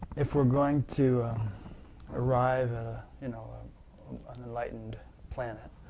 if we are going to arrive at ah you know um an enlightened planet,